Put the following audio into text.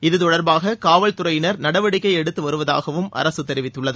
இது தொடர்பாக காவல் துறையினர் நடவடிக்கை எடுத்து வருவதாகவும் அரசு தெரிவித்துள்ளது